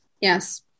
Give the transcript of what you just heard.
yes